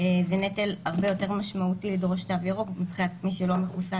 זה נטל הרבה יותר משמעותי לדרוש תו ירוק מבחינת מי שלא מחוסן,